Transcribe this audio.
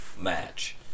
match